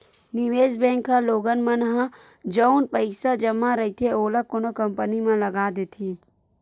निवेस बेंक ह लोगन मन ह जउन पइसा जमा रहिथे ओला कोनो कंपनी म लगा देथे